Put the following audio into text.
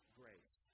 grace